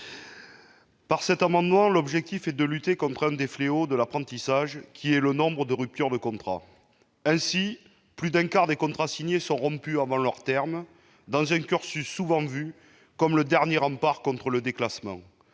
Gay. Cet amendement a pour objet de lutter contre un des fléaux de l'apprentissage : le nombre de ruptures de contrat. Plus d'un quart des contrats signés sont rompus avant leur terme, dans un cursus qui est souvent vu comme le dernier rempart contre le déclassement.